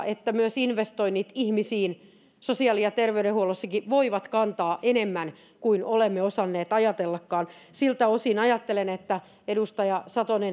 että myös investoinnit ihmisiin sosiaali ja terveydenhuollossa voivat kantaa enemmän kuin olemme osanneet ajatellakaan siltä osin ajattelen edustaja satonen